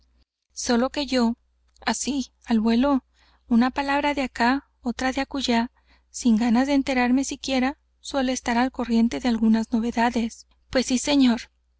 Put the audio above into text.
decir sólo que yo así al vuelo una palabra de acá otra de acullá sin ganas de enterarme siquiera suelo estar al corriente de algunas novedades pues sí señor